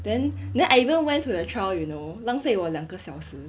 then I even went to the trial you know 浪费我两个小时